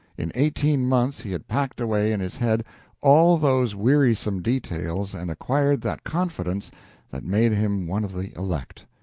in eighteen months he had packed away in his head all those wearisome details and acquired that confidence that made him one of the elect.